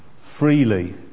freely